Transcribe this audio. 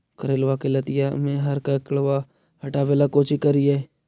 करेलबा के लतिया में हरका किड़बा के हटाबेला कोची करिए?